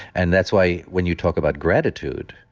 and that's why when you talk about gratitude,